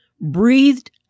breathed